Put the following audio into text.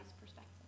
perspective